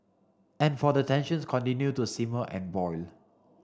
and for the tensions continue to simmer and boil